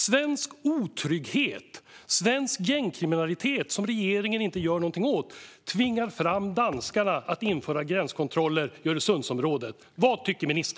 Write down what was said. Svensk otrygghet och svensk gängkriminalitet, som regeringen inte gör någonting åt, tvingar fram att danskarna inför gränskontroller i Öresundsområdet. Vad tycker ministern?